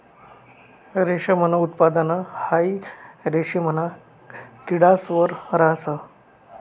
रेशमनं उत्पादन हाई रेशिमना किडास वर रहास